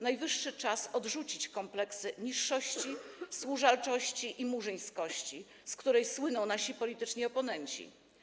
Najwyższy czas odrzucić kompleksy niższości, służalczości i murzyńskości, z której słyną nasi polityczni oponenci.